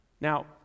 Now